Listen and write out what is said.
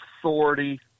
authority